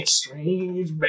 strange